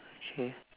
okay